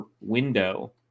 window